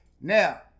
Now